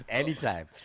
anytime